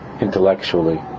Intellectually